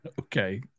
Okay